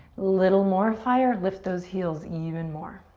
little more fire. lift those heels even more.